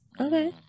Okay